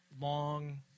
long